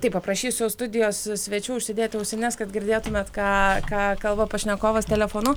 tai paprašysiu studijos svečių užsidėti ausines kad girdėtumėt ką ką kalba pašnekovas telefonu